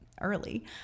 early